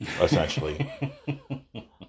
essentially